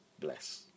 bless